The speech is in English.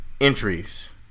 entries